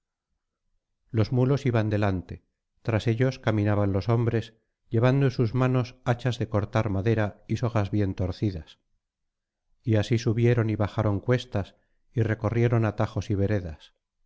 los mulos iban delante tras ellos caminaban los hombres llevando en sus manos hachas de cortar madera y sogas bien torcidas y así subieron y bajaron cuestas y recorrieron atajos y veredas